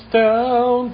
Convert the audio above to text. down